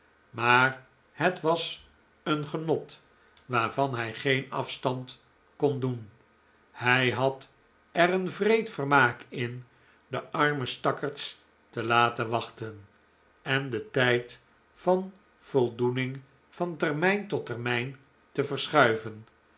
maar het was een genot waarvan hij geen afstand kon doen hij had er een wreed vermaak in de arme stakkerds te laten wachten en den tijd van voldoening van termijn tot termijn te verschuiven